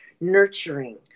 nurturing